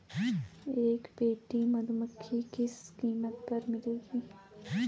एक पेटी मधुमक्खी किस कीमत पर मिलेगी?